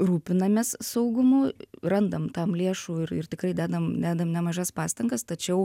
rūpinamės saugumu randam tam lėšų ir ir tikrai dedam dedam nemažas pastangas tačiau